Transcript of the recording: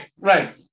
right